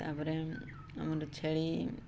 ତାପରେ ଆମର ଛେଳି